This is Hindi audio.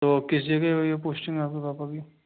तो किस जगह हुई है पोस्टिंग आपके पापा की